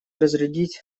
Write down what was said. разрядить